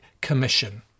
commission